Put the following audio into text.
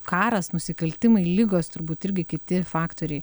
karas nusikaltimai ligos turbūt irgi kiti faktoriai